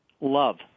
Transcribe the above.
Love